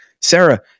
Sarah